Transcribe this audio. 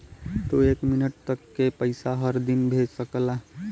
तू एक लिमिट तक के पइसा हर दिन भेज सकला